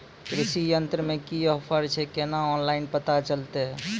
कृषि यंत्र मे की ऑफर छै केना ऑनलाइन पता चलतै?